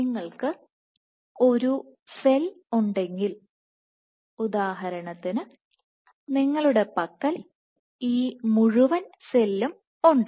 നിങ്ങൾക്ക് ഒരു സെൽ ഉണ്ടെങ്കിൽ ഉദാഹരണത്തിന് നിങ്ങളുടെ പക്കൽ ഈ മുഴുവൻ സെല്ലും ഉണ്ട്